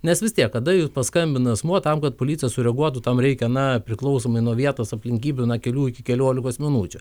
nes vis tiek kada jau paskambina asmuo tam kad policija sureaguotų tam reikia na priklausomai nuo vietos aplinkybių nuo kelių iki keliolikos minučių